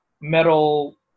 metal